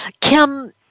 Kim